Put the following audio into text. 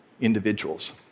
individuals